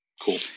cool